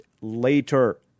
later